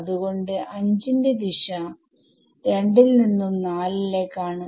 അത്കൊണ്ട് 5 ന്റെ ദിശ 2 to 4 ആണ്